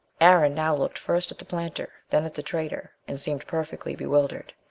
aaron now looked first at the planter, then at the trader, and seemed perfectly bewildered.